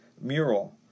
mural